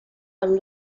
amb